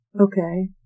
Okay